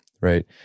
right